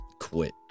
quit